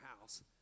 house